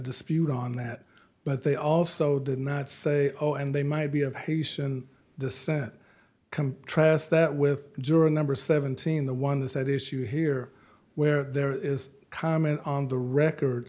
dispute on that but they also did not say oh and they might be of hasten descent compress that with juror number seventeen the one that said issue here where there is a comment on the record